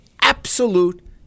absolute